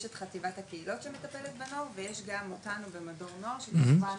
יש את חטיבת הקהילות שמטפלת בנוער ויש גם אותנו במדור נוער שכמובן